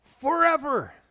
forever